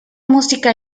música